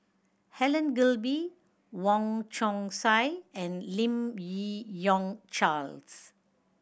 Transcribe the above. Helen Gilbey Wong Chong Sai and Lim Yi Yong Charles